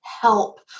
help